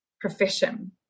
profession